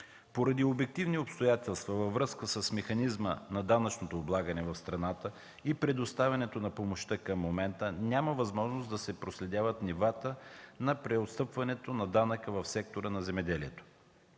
Поради обективни обстоятелства във връзка с механизма на данъчното облагане на страната и предоставянето на помощта, към момента няма възможност да се проследяват нивата на преотстъпването на данъка в сектора на земеделието.